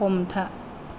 हमथा